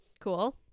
cool